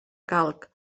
calc